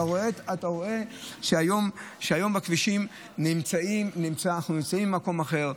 אתה רואה שהיום בכבישים אנחנו נמצאים במקום אחר,